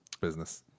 business